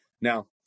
Now